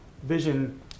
vision